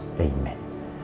Amen